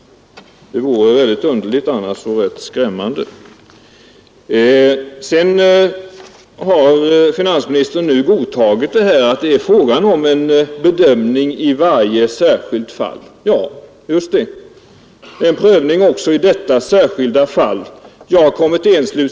Det vore annars både väldigt tråkigt och skrämmande. Finansministern har numera godtagit att det här är fråga om en bedömning i varje särskilt fall. Ja, just det. Det skall alltså vara en särskild prövning också i detta fall.